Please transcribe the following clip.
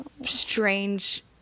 strange